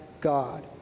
God